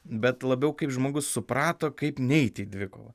bet labiau kaip žmogus suprato kaip neiti į dvikovą